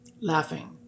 laughing